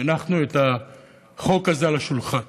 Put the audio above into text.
הנחנו את החוק הזה על השולחן.